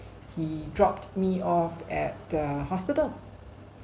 he dropped me off at the hospital